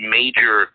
major